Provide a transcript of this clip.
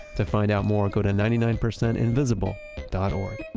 to find out more, go to ninety nine percentinvisible dot o